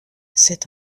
c’est